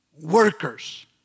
workers